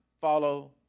follow